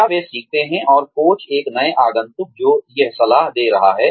या वे सिखाते हैं और कोच नए आगंतुक जो यह सलाह दे रहा है